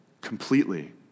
completely